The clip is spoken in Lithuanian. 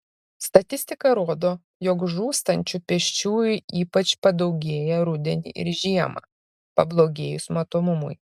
statistika rodo jog žūstančių pėsčiųjų ypač padaugėja rudenį ir žiemą pablogėjus matomumui